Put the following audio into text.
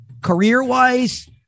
career-wise